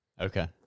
Okay